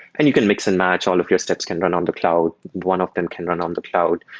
and you can mix and match. all of your steps can run on to cloud. one of them can run on the cloud.